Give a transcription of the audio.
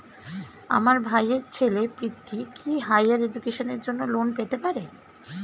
আমার ভাইয়ের ছেলে পৃথ্বী, কি হাইয়ার এডুকেশনের জন্য লোন পেতে পারে?